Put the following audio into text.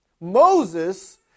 Moses